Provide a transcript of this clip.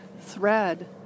thread